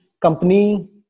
company